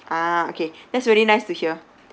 ah okay that's really nice to hear